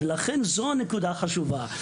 לכן, זוהי הנקודה החשובה.